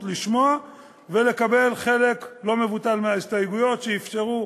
לשמוע ולקבל חלק לא מבוטל מההסתייגויות שאפשרו